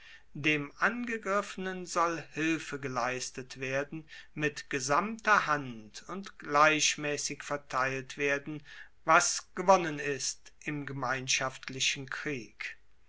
dem angegriffenen soll hilfe geleistet werden mit gesamter hand und gleichmaessig verteilt werden was gewonnen ist im gemeinschaftlichen krieg